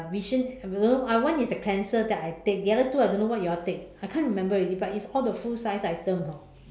vision I don't know uh one is a cleanser that I take the other two I don't know what you all take I can't remember already but it's all the full sized item hor